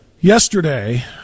Yesterday